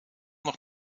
nog